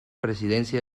presidencia